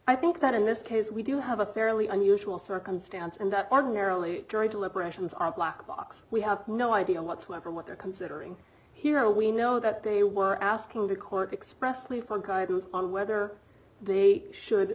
i think that in this case we do have a fairly unusual circumstance and that ordinarily jury deliberations are blackbox we have no idea whatsoever what they're considering here we know that they were asking the court expressly for guidance on whether they should